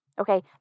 okay